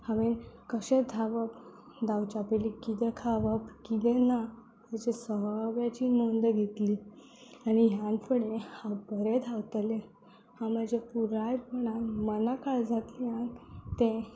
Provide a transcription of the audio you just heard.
हांवें कशें धांवप धांवचे पयली कितें खावप कितें ना ताची सगळ्यांची नोंद घेतली आनी ह्या फुडें हांव बरें धांवतलें हांव म्हज्या पुराय मना काळजांतल्यान तें